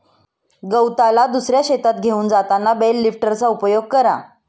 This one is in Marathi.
गवताला दुसऱ्या शेतात घेऊन जाताना बेल लिफ्टरचा उपयोग करा